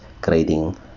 grading